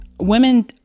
Women